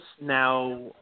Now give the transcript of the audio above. now